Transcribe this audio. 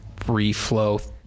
reflow